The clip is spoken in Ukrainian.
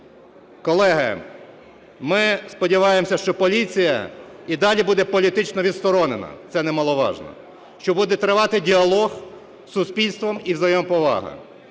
Колеги, ми сподіваємося, що поліція і далі буде політично відсторонена, це немаловажно, що буде тривати діалог із суспільством і взаємоповага.